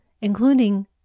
including